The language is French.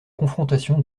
confrontation